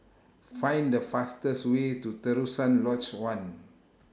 Find The fastest Way to Terusan Lodge one